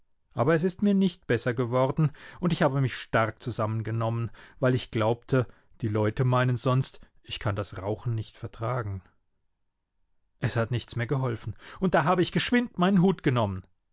aber es ist mir nicht besser geworden und ich habe mich stark zusammengenommen weil ich glaubte die leute meinen sonst ich kann das rauchen nicht vertragen es hat nichts mehr geholfen und da habe ich geschwind meinen hut genommen